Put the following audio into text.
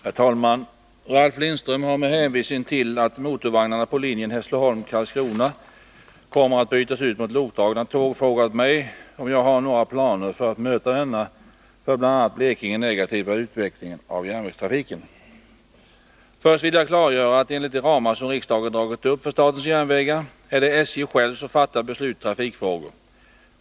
Herr talman! Ralf Lindström har med hänvisning till att motorvagnarna på linjen Hässleholm-Karlskrona kommer att bytas ut mot lokdragna tåg frågat mig om jag har några planer för att möta denna för bl.a. Blekinge negativa utveckling av järnvägstrafiken. Först vill jag klargöra att enligt de ramar som riksdagen dragit upp för statens järnvägar är det SJ självt som fattar beslut i trafikfrågor.